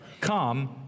come